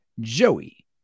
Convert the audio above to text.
Joey